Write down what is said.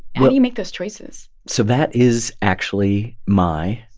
but do you make those choices? so that is actually my,